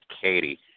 Katie